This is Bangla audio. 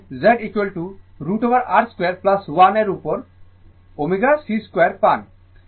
এইভাবে Z √ R 2 1 এর উপর ω c 2 পান